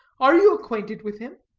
are you acquainted with him?